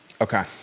Okay